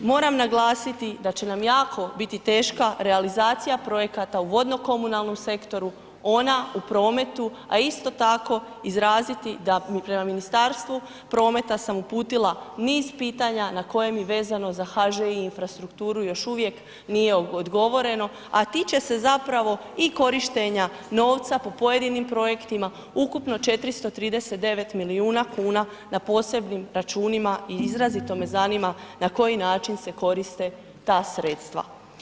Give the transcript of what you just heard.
Moram naglasiti da će nam jako biti teška realizacija projekata u vodnokomunalnom sektoru, ona u prometu, a isto tako izraziti da, prema Ministarstvu prometa sam uputila niz pitanja na koje mi vezano za HŽ i infrastrukturu još uvijek nije odgovoreno, a tiče se zapravo i korištenja novca po pojedinim projektima, ukupno 439 milijuna kuna na posebnim računima i izrazito me zanima na koji način se koriste ta sredstva.